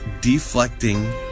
deflecting